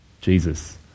Jesus